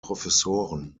professoren